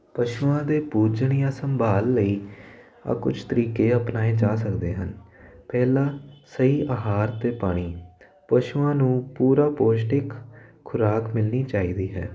ਪਸ਼ੂਆਂ ਦੇ ਪੂਜਣੀਆ ਸੰਭਾਲ ਲਈ ਆ ਕੁਝ ਤਰੀਕੇ ਅਪਣਾਏ ਜਾ ਸਕਦੇ ਹਨ ਪਹਿਲਾ ਸਹੀ ਆਹਾਰ ਅਤੇ ਪਾਣੀ ਪਸ਼ੂਆਂ ਨੂੰ ਪੂਰਾ ਪੋਸ਼ਟਿਕ ਖੁਰਾਕ ਮਿਲਣੀ ਚਾਹੀਦੀ ਹੈ